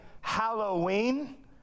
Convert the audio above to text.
Halloween